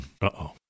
Uh-oh